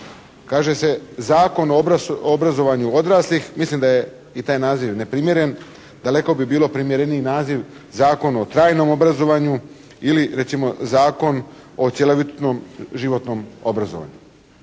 Kaže se Zakon o obrazovanju odraslih, mislim da je i taj naziv neprimjeren, daleko bi bilo primjereniji naziv Zakon o trajnom obrazovanju ili recimo Zakon o cjelovitom životnom obrazovanju.